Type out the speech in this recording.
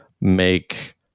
make